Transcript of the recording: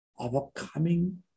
Overcoming